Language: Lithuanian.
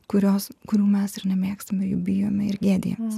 kurios kurių mes ir nemėgstamejų bijome ir gėdijamės